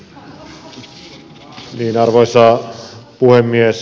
arvoisa puhemies